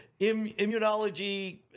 immunology